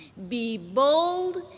be bold,